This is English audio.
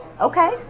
okay